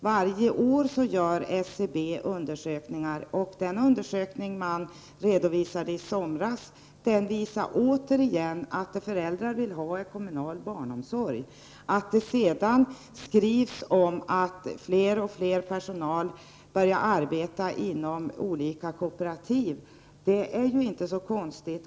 Varje år gör SCB undersökningar, och den undersökning man presenterade i somras visar återigen att vad föräldrar vill ha är kommunal barnomsorg. Att det sedan skrivs om att mer och mer personal börjar arbeta inom olika kooperativ är ju inte så konstigt.